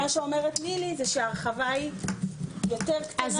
וכאן מה שאומרת נילי הוא שההרחבה היא יותר קטנה.